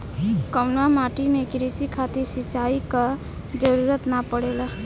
कउना माटी में क़ृषि खातिर सिंचाई क जरूरत ना पड़ेला?